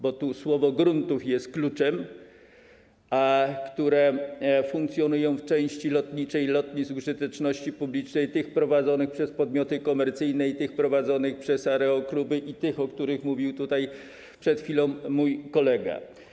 Bo tu słowo „gruntów” jest kluczem, który funkcjonuje, jeśli chodzi o część lotniczą lotnisk użyteczności publicznej, tych prowadzonych przed podmioty komercyjne i tych prowadzonych przez aerokluby, i tych, o których mówił tutaj przed chwilą mój kolega.